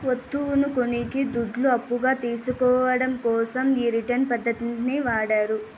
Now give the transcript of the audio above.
వత్తువును కొనేకి దుడ్లు అప్పుగా తీసుకోవడం కోసం ఈ రిటర్న్స్ పద్ధతిని వాడతారు